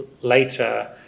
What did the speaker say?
later